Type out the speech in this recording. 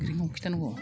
खिथानांगौ